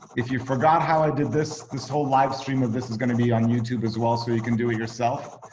if you forgot how i did this, this whole live stream of this is gonna be on youtube as well. so you can do it yourself.